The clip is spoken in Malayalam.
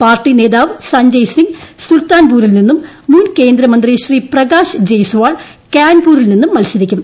പാർട്ടി നേതാവ് സഞ്ജയ് സിങ്ങ് സുൽത്ത്യൻ പുരിൽ നിന്നും മുൻ കേന്ദ്രമന്ത്രി ശ്രീപ്രകാശ് ജയ്സ്വാൾ കാൻപൂരിൽ നിന്നും മത്സരിക്കും